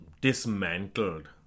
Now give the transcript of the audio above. dismantled